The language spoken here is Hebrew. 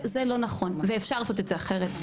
זה לא נכון ואפשר לעשות את זה אחרת,